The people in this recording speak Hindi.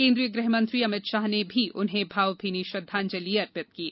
केन्द्रीय गृहमंत्री अमित शाह ने भी उन्हें भावमीनी श्रद्वांजलि अर्पित की है